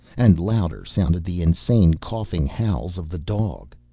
and louder sounded the insane, coughing howls of the dog.